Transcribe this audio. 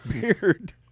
Beard